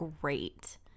great